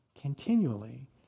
continually